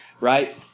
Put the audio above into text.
Right